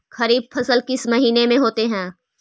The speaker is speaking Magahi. खरिफ फसल किस महीने में होते हैं?